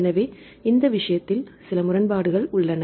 எனவே இந்த விஷயத்தில் சில முரண்பாடுகள் உள்ளன